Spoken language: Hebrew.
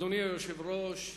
אדוני היושב-ראש,